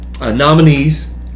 Nominees